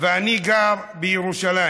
ואני גר בירושלים.